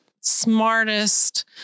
smartest